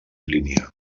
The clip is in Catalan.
línia